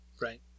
right